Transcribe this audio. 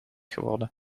geworden